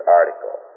article